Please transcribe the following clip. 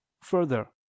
Further